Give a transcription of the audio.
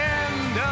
end